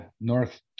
North